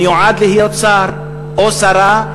לכל מיועד להיות שר או שרה,